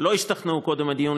לא השתכנעו קודם הדיון,